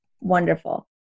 wonderful